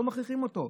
לא מכריחים אותו.